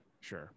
Sure